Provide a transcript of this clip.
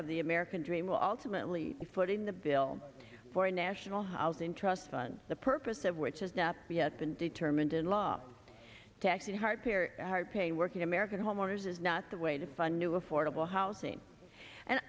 of the american dream will ultimately footing the bill for a national housing trust fund the purpose of which is not yet been determined in law to actually heartier pay working american homeowners is not the way to fund new affordable housing